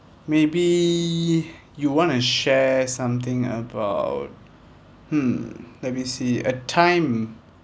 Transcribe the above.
maybe you want to share something about hmm let me see a time